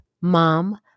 mom